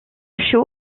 show